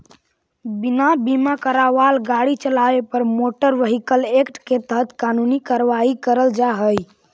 बिना बीमा करावाल गाड़ी चलावे पर मोटर व्हीकल एक्ट के तहत कानूनी कार्रवाई करल जा हई